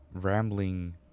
rambling